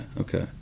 okay